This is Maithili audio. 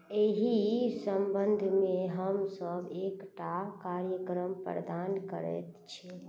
एहि सम्बन्धमे हमसभ एकटा कार्यक्रम प्रदान करैत छी